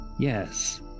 Yes